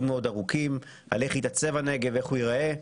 מאוד ארוכים על איך יתעצב הנגב ואיך הוא ייראה.